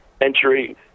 entry